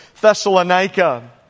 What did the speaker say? Thessalonica